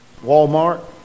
Walmart